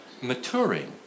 maturing